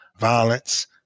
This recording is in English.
violence